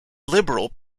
liberal